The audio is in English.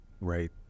Right